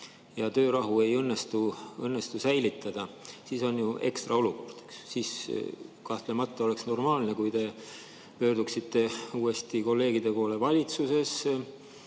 ja töörahu ei õnnestu säilitada, siis on ju ekstraolukord, eks ju. Siis kahtlemata oleks normaalne, kui te pöörduksite uuesti kolleegide poole valitsuses.